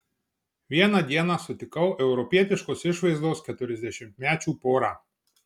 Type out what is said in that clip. vieną dieną sutikau europietiškos išvaizdos keturiasdešimtmečių porą